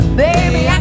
baby